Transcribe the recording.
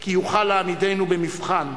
כי יוכל להעמידנו במבחן.